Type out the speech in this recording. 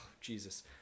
Jesus